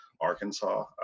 Arkansas